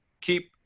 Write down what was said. Keep